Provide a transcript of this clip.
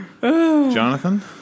Jonathan